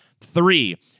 three